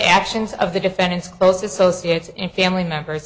actions of the defendants close associates and family members